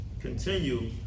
continue